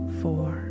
four